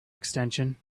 extension